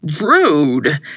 Rude